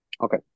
Okay